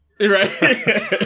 Right